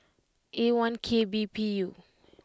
A one K B P U